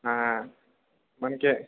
మనకి